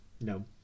No